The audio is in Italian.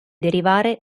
derivare